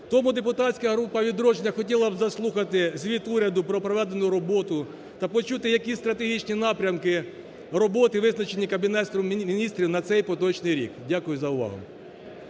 Тому депутатська група "Відродження" хотіла б заслухати звіт уряду про проведену роботу та почути, які стратегічні напрямки роботи визначені Кабінетом Міністрів на цей поточний рік? Дякую за увагу.